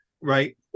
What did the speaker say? Right